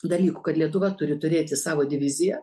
dalykų kad lietuva turi turėti savo diviziją